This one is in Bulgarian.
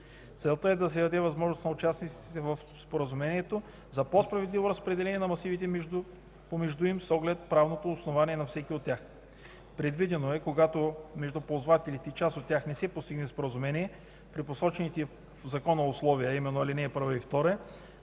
Целта е да се даде възможност на участниците в споразумението за по-справедливо разпределение на масивите помежду им с оглед правното основание на всеки от тях. Предвидено е, когато между ползвателите и част от тях не се постигне споразумение при посочените в закона условия, а именно ал. 1 и 2,